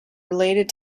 related